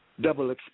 double